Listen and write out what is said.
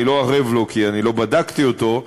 אני לא ערב לו כי אני לא בדקתי אותו,